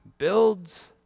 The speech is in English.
Builds